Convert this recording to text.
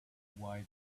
way